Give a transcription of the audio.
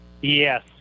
Yes